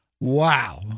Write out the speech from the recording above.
Wow